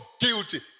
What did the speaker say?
guilty